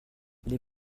les